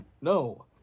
No